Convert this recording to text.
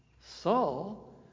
Saul